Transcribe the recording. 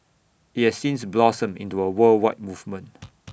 IT has since blossomed into A worldwide movement